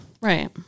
Right